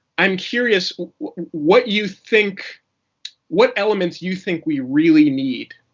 i'm curious what you think what elements you think we really need.